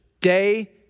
day